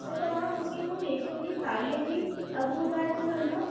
त तव्हां मूंखे हूअ रेशम जी साड़ीअ जी अघु ॿुधाइ सघंदा